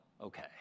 okay